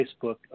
Facebook